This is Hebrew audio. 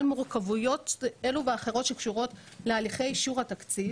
מורכבויות אלו ואחרות שקשורות להליכי אישור התקציב